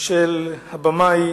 של הבמאי,